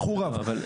באיחור רב,